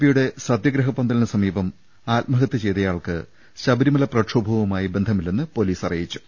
പിയുടെ സത്യഗ്രഹ പന്തലിന് സമീപം ആത്മഹത്യ ചെയ്തയാൾക്ക് ശബരിമല പ്രക്ഷോഭവുമായി ബന്ധമില്ലെന്ന് പൊലീസ് അറിയിച്ചു